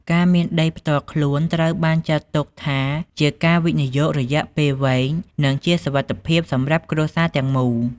ការមានដីផ្ទាល់ខ្លួនត្រូវបានចាត់ទុកថា ជាការវិនិយោគរយៈពេលវែង និងជាសុវត្ថិភាពសម្រាប់គ្រួសារទាំងមូល។